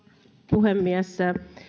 puhemies